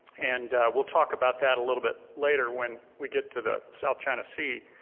and we'll talk about that a little bit later when we get to the south china sea.